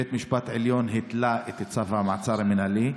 בית המשפט העליון התלה את צו המעצר המינהלי,